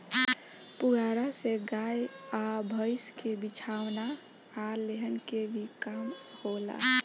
पुआरा से गाय आ भईस के बिछवाना आ लेहन के भी काम होला